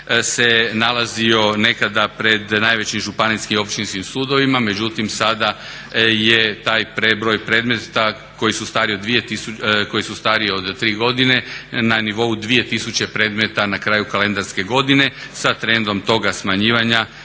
se nalazio nekada pred najvećim županijskim i općinskim sudovima, međutim sada je taj prebroj predmeta koji su stariji od 3 godine na nivou 2000 predmeta na kraju kalendarske godine. Sa trendom toga smanjivanja